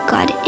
God